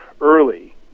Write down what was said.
early